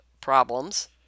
problems